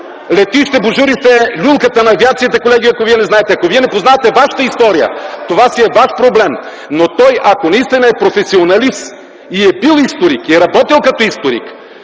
летище Божурище – люлката на авиацията, колеги... Ако вие не знаете, ако вие не познавате вашата история, това си е ваш проблем, но той, ако наистина е професионалист и е бил историк, и е работил като историк,